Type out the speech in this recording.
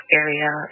area